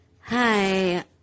Hi